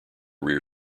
rear